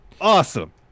Awesome